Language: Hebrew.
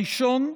הראשון,